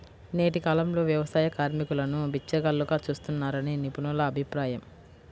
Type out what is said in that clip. నేటి కాలంలో వ్యవసాయ కార్మికులను బిచ్చగాళ్లుగా చూస్తున్నారని నిపుణుల అభిప్రాయం